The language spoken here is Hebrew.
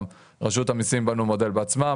גם רשת המיסים בנו מודל בעצמם,